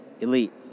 elite